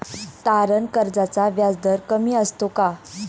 तारण कर्जाचा व्याजदर कमी असतो का?